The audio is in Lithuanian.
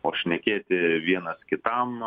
o šnekėti vienas kitam